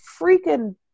freaking